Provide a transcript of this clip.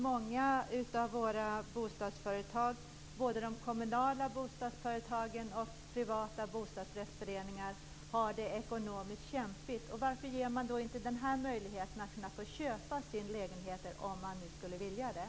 Många av våra bostadsföretag - både de kommunala bostadsföretagen och privata bostadsrättsföreningar - har det ekonomiskt kämpigt. Varför ger man inte hyresgästerna möjligheten att köpa sina lägenheter om de skulle vilja det?